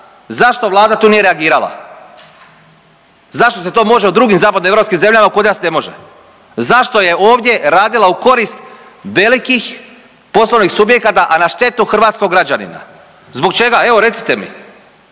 Zašto Vlada tu nije reagirala? Zašto se to može u drugim zapadnoeuropskim zemljama, kod nas ne može? Zašto je ovdje radila u korist velikih poslovnih subjekata, a na štetu hrvatskog građanina? Zbog čega, evo, recite mi.